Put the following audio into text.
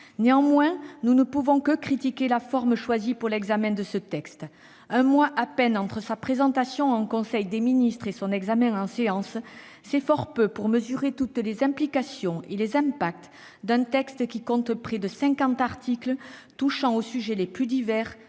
Néanmoins, nous ne pouvons que critiquer la méthode choisie pour l'examen de ce texte. Un mois à peine s'est écoulé entre sa présentation en conseil des ministres et son examen en séance : c'est fort peu pour mesurer toutes les implications et les incidences d'un texte qui compte près de cinquante articles touchant aux sujets les plus divers,